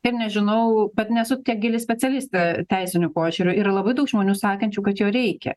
ir nežinau bet nesu tiek gili specialistė teisiniu požiūriu yra labai daug žmonių sakančių kad jo reikia